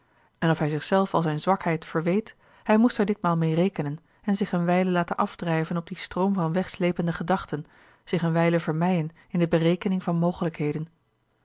en of hij zich zelf al zijne zwakheid verweet hij moest er ditmaal meê rekenen en zich eene wijle laten afdrijven op dien stroom van wegsleepende gedachten zich eene wijle vermeien in de berekening van mogelijkheden